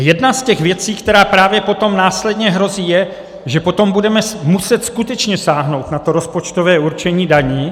Jedna z těch věcí, která právě potom následně hrozí, je, že potom budeme muset skutečně sáhnout na to rozpočtové určení daní.